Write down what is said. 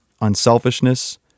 unselfishness